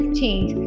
change